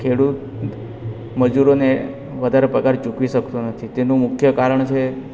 ખેડુત મજૂરોને વધારે પગાર ચૂકવી શકતો નથી તેનું મુખ્ય કારણ છે